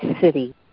city